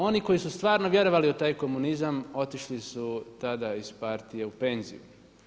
Oni koji su stvarno vjerovali u taj komunizam otišli su tada iz partije u penziju.